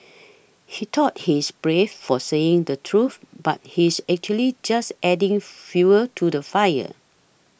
he thought he is brave for saying the truth but he is actually just adding fuel to the fire